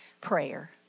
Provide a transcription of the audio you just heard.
prayer